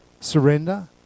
Surrender